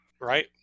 right